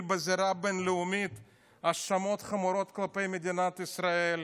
בזירה הבין-לאומית האשמות חמורות כלפי מדינת ישראל,